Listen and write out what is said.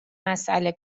مسئله